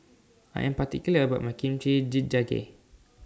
I Am particular about My Kimchi Jjigae